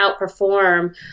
outperform